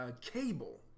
Cable